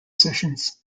sessions